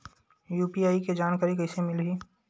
UPI के जानकारी कइसे मिलही?